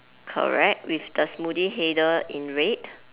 correct with the smoothie header in red